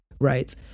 right